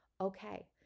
okay